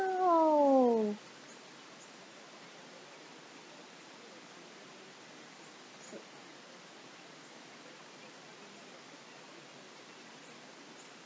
!wow!